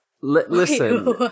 Listen